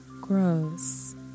grows